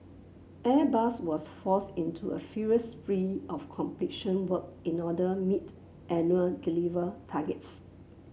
Airbus was forced into a furious spree of completion work in order meet annual deliver targets